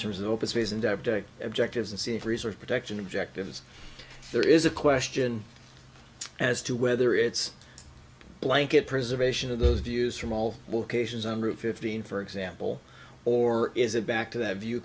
terest of open space and objectives and see every sort of protection objectives there is a question as to whether it's blanket preservation of those views from all locations on route fifteen for example or is it back to that view